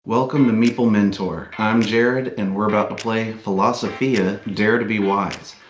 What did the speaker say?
welcome to meeple mentor, i'm jared, and we are about to play philosophia dare to be wise.